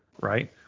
right